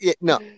No